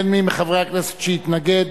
אין מי מחברי הכנסת שהתנגד.